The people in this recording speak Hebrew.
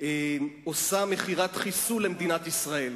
עושה מכירת חיסול למדינת ישראל,